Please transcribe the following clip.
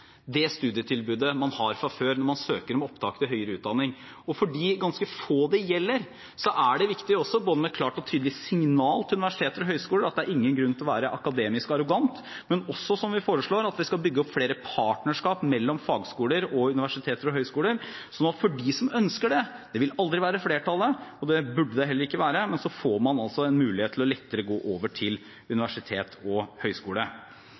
det studietilbudet man har fra før, når man søker om opptak til høyere utdanning. Og for de ganske få det gjelder, er det viktig med et klart og tydelig signal til universiteter og høyskoler om at det er ingen grunn til å være akademisk arrogant, men også, som vi foreslår, å bygge opp flere partnerskap mellom fagskoler og universiteter og høyskoler, sånn at de som ønsker det – det vil aldri være flertallet, og det bør det heller ikke være – får mulighet til lettere å gå over til universitet og